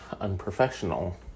unprofessional